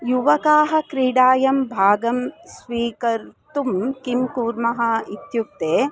युवकाः क्रीडायां भागं स्वीकर्तुं किं कुर्मः इत्युक्ते